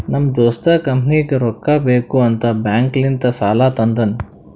ನಮ್ ದೋಸ್ತ ಕಂಪನಿಗ್ ರೊಕ್ಕಾ ಬೇಕ್ ಅಂತ್ ಬ್ಯಾಂಕ್ ಲಿಂತ ಸಾಲಾ ತಂದಾನ್